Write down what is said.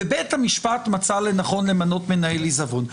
ובית המשפט מצא לנכון למנות מנהל עיזבון.